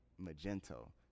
magento